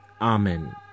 Amen